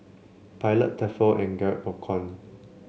Pilot Tefal and Garrett Popcorn